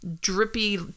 drippy